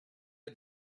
had